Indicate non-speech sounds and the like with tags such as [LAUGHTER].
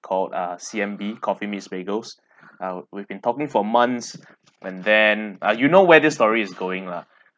called uh C_M_B coffee meets bagels [BREATH] uh we've been talking for months and then ah you know where this story is going lah